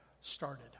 started